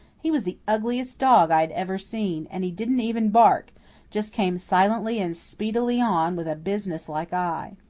he was the ugliest dog i had ever seen and he didn't even bark just came silently and speedily on, with a business-like eye.